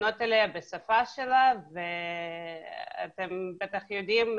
לפנות אליה בשפה שלה ואתם בטח יודעים,